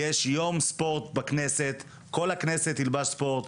יש יום ספורט בכנסת כל הכנסת תלבש ספורט,